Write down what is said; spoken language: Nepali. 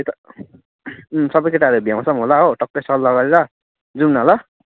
यता उम् सबै केटाहरूले भ्याउँछ पनि होला हो टक्कै सल्लाह गरेर जाउँ न ल